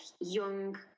young